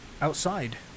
outside